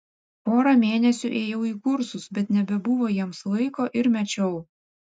porą mėnesių ėjau į kursus bet nebebuvo jiems laiko ir mečiau